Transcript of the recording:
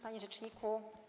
Panie Rzeczniku!